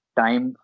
time